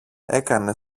έκανε